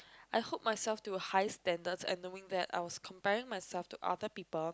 I hold myself to high standards and knowing that I was comparing myself to other people